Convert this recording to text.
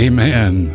Amen